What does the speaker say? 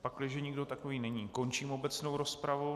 Pokud nikdo takový není, končím obecnou rozpravu.